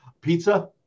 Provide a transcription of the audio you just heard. Pizza